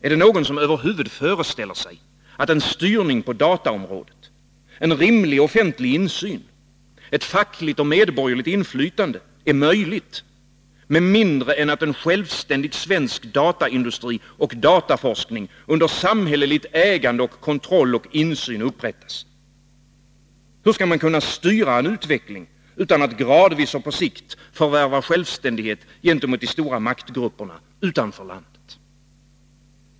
Är det någon som över huvud föreställer sig att en styrning på dataområdet, en rimlig offentlig insyn, ett fackligt och medborgerligt inflytande är möjligt — med mindre än att en självständig svensk dataindustri och dataforskning under samhälleligt ägande och kontroll upprättas? Hur skall man kunna styra en utveckling, utan att gradvis och på sikt förvärva självständighet gentemot de stora maktgrupperna utanför landet?